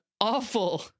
awful